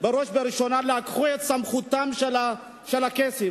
בראש ובראשונה לקחו את סמכותם של הקייסים,